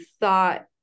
thought